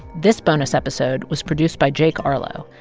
this bonus episode was produced by jake arlow,